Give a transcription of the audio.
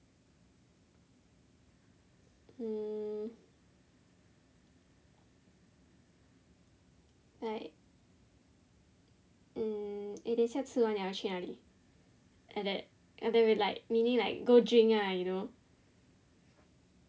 hmm like mm eh 等一下吃完了要去哪里 like that and then we like meaning like go drink ah you know